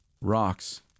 Rocks